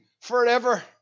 forever